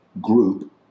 group